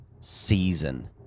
season